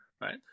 right